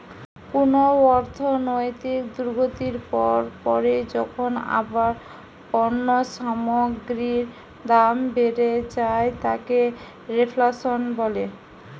কুনো অর্থনৈতিক দুর্গতির পর পরই যখন আবার পণ্য সামগ্রীর দাম বেড়ে যায় তাকে রেফ্ল্যাশন বলে